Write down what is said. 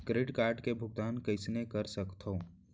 Credit card के भुगतान कईसने कर सकथो?